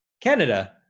Canada